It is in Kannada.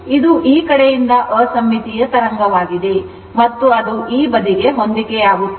ಇದು ಈ ಕಡೆಯಿಂದ ಅಸಮ್ಮಿತೀಯ ತರಂಗವಾಗಿದೆ ಅದು ಈ ಬದಿಗೆ ಹೊಂದಿಕೆಯಾಗುತ್ತಿಲ್ಲ